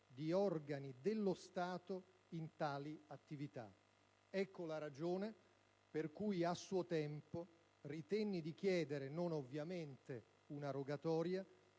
di organi dello Stato in tali attività. Ecco la ragione per cui, a suo tempo, ritenni di chiedere, non ovviamente una rogatoria,